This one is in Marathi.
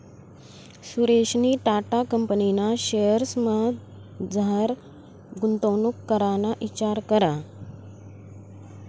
सुरेशनी टाटा कंपनीना शेअर्समझार गुंतवणूक कराना इचार करा